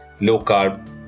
low-carb